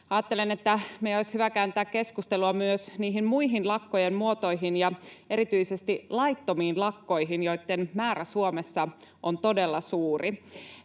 Ajattelen, että meidän olisi hyvä kääntää keskustelua myös niihin muihin lakkojen muotoihin ja erityisesti laittomiin lakkoihin, joitten määrä Suomessa on todella suuri.